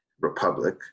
republic